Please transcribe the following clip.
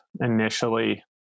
initially